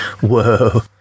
Whoa